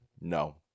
No